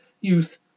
Youth